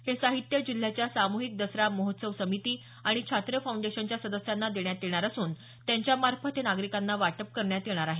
हे साहित्य जिल्ह्याच्या सामुहिक दसरा महोत्सव समिती आणि छात्र फौंडेशनच्या सदस्यांना देण्यात येणार असून त्यांच्यामार्फत हे नागरिकांना वाटप करण्यात येणार आहे